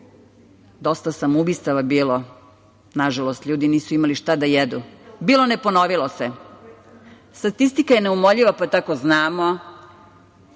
dosta samoubistava bilo, nažalost, ljudi nisu imali šta da jedu. Bilo, ne ponovilo se. Statistika je neumoljiva, pa tako znamo